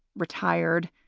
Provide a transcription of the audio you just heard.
retired.